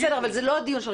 זה לא הדיון.